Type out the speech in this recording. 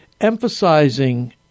emphasizing